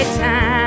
time